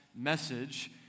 message